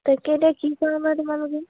তাকে এতিয়া কি কৰাবা তোমালোকে